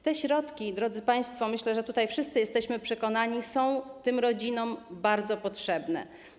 Te środki, drodzy państwo - myślę, że tutaj wszyscy jesteśmy o tym przekonani - są tym rodzinom bardzo potrzebne.